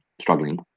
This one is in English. struggling